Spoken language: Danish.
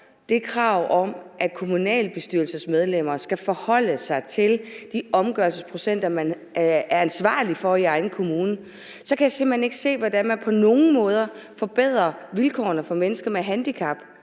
kravet om, at kommunalbestyrelsesmedlemmer skal forholde sig til de omgørelsesprocenter, de er ansvarlige for i deres egen kommune, kan jeg simpelt hen ikke se, hvordan man på nogen måde forbedrer vilkårene for mennesker med handicap.